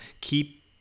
keep